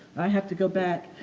i have to go back,